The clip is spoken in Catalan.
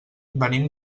venim